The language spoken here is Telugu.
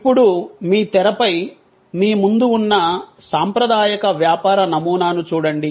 ఇప్పుడు మీ తెరపై మీ ముందు వున్న సాంప్రదాయక వ్యాపార నమూనాను చూడండి